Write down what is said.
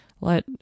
let